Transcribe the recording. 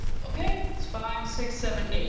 okay. that's five, six, seven, eight.